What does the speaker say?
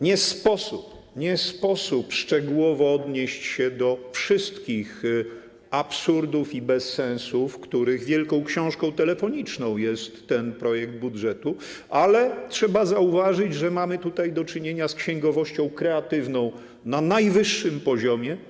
Nie sposób szczegółowo odnieść się do wszystkich absurdów i bezsensów, których wielką książką telefoniczną jest ten projekt budżetu, ale trzeba zauważyć, że mamy tutaj do czynienia z księgowością kreatywną na najwyższym poziomie.